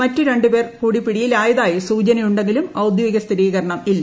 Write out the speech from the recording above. മറ്റ് രണ്ടുപേർ കൂടി പിടിയിലായതായി സൂചനയുണ്ടെ ങ്കിലും ഔദ്യോഗിക സ്ഥിരീകരണം ഇല്ല